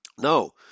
No